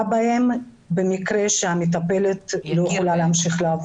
בהן במקרה שהמטפלת לא יכולה להמשיך לעבוד.